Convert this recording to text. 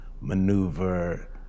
maneuver